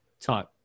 type